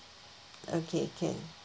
okay can